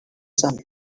sun